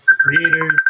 creators